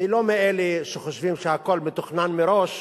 אני לא מאלה שחושבים שהכול מתוכנן מראש,